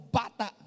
bata